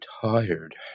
tired